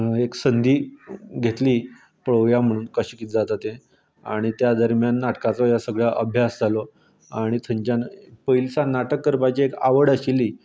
एक संदी घेतली पळोवया म्हण कशें कितें जाता तें आनी त्या दरम्यान नाटकाचो ह्या सगळ्या अभ्यास जालो आनी थंयसान पयलीसान नाटक करपाची एक आवड आशिल्ली